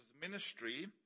ministry